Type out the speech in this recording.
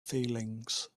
feelings